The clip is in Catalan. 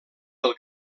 del